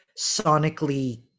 sonically